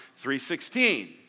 3.16